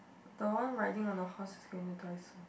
the one riding on the horse is going to die soon